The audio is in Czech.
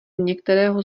některého